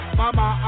mama